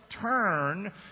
turn